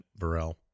Varel